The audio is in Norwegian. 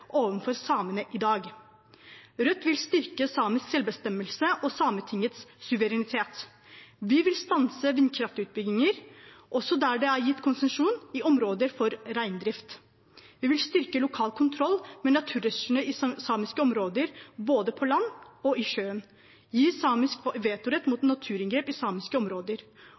samene i dag. Rødt vil styrke samisk selvbestemmelse og Sametingets suverenitet. Vi vil stanse vindkraftutbygginger også der det er gitt konsesjon i områder for reindrift. Vi vil styrke lokal kontroll med naturressursene i samiske områder både på land og i sjøen, gi samisk vetorett mot naturinngrep i samiske områder